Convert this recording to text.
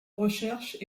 recherches